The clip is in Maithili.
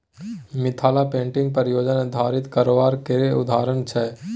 मिथिला पेंटिंग परियोजना आधारित कारोबार केर उदाहरण छै